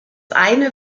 eine